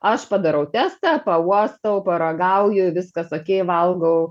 aš padarau testą pauostau paragauju viskas okei valgau